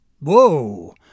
Whoa